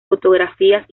fotografías